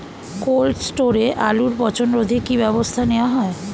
Cold স্টোরে আলুর পচন রোধে কি ব্যবস্থা নেওয়া হয়?